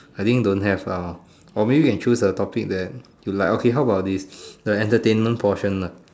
I think don't have ah or maybe can choose a topic where you like okay how about this the entertainment portion uh